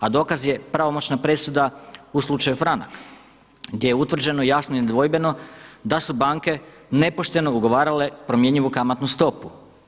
A dokaz je pravomoćna presuda u slučaju Franak gdje je utvrđeno jasno i nedvojbeno da su banke nepošteno ugovarale promjenjivu kamatnu stopu.